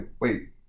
wait